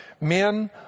Men